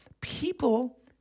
people